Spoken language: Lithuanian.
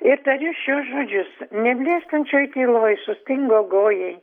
ir tariu šiuos žodžius neblėstančioj tyloj sustingo gojai